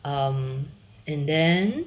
um and then